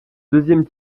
deuxième